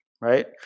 right